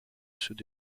ceux